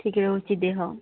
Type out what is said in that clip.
ଠିକ ରହୁଛି ଦେହ